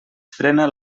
frena